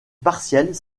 partiels